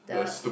the